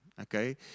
Okay